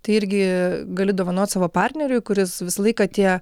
tai irgi gali dovanot savo partneriui kuris visą laiką tie